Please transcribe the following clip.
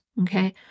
okay